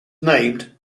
named